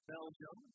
Belgium